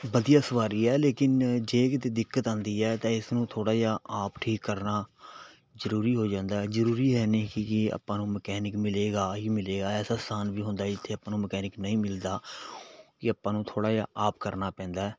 ਵਧੀਆ ਸਵਾਰੀ ਹੈ ਲੇਕਿਨ ਜੇ ਕਿਤੇ ਦਿੱਕਤ ਆਉਂਦੀ ਹੈ ਤਾਂ ਇਸ ਨੂੰ ਥੋੜ੍ਹਾ ਜਿਹਾ ਆਪ ਠੀਕ ਕਰਨਾ ਜ਼ਰੂਰੀ ਹੋ ਜਾਂਦਾ ਜ਼ਰੂਰੀ ਹੈ ਨਹੀਂ ਕਿ ਆਪਾਂ ਨੂੰ ਮਕੈਨਿਕ ਮਿਲੇਗਾ ਹੀ ਮਿਲੇਗਾ ਐਸਾ ਸਥਾਨ ਵੀ ਹੁੰਦਾ ਜਿੱਥੇ ਆਪਾਂ ਨੂੰ ਮਕੈਨਿਕ ਨਹੀਂ ਮਿਲਦਾ ਕਿ ਆਪਾਂ ਨੂੰ ਥੋੜ੍ਹਾ ਜਿਹਾ ਆਪ ਕਰਨਾ ਪੈਂਦਾ